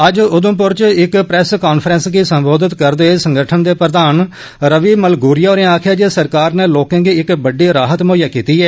अज्ज उधमपुर च इक प्रैस काफ्रेंस गी संबोधित करदे होई संगठन दे प्रधान रवि मलगूरिया होरें आखेआ जे इक सरकार नै लोकें गी इक बड्डी राहत मुहैया कीती ऐ